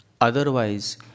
Otherwise